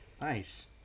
Nice